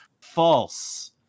false